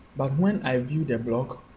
but when i view the blog,